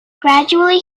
gradually